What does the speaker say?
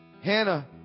Hannah